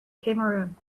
cameroon